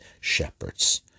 shepherds